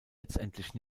letztendlich